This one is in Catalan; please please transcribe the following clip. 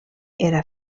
era